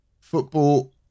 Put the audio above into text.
Football